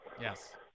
Yes